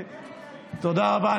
תודה רבה.